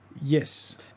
yes